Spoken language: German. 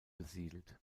besiedelt